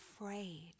afraid